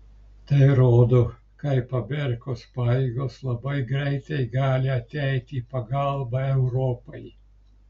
tai rodo kaip amerikos pajėgos labai greitai gali ateiti į pagalbą europai